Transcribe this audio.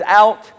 out